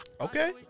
Okay